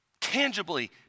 tangibly